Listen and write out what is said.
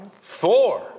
Four